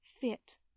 fit